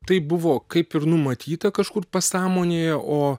tai buvo kaip ir numatyta kažkur pasąmonėje o